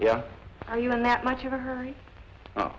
yeah are you in that much of a hurry